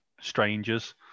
strangers